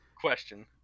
Question